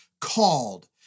called